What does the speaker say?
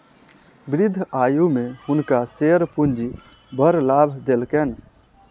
वृद्ध आयु में हुनका शेयर पूंजी बड़ लाभ देलकैन